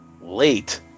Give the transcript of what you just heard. late